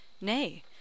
Nay